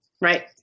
Right